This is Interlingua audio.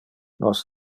nos